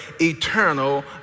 eternal